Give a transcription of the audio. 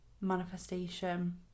manifestation